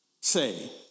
say